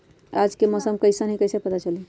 आज के मौसम कईसन हैं कईसे पता चली?